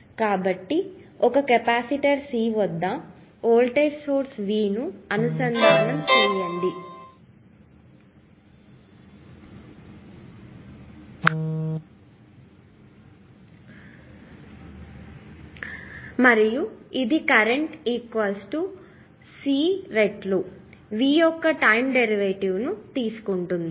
కాబట్టి ఒక capacitor C వద్ద వోల్టేజ్ సోర్స్ V ను అనుసంధానం చేయండి మరియు ఇది కరెంట్ C రెట్లు V యొక్క టైం డెరివేటివ్ ను తీసుకుంటుంది